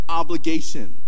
obligation